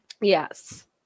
Yes